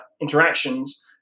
interactions